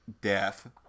death